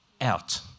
out